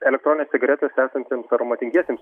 elektroninėse cigaretėse esantiems aromatingiesiems